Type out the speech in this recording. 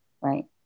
right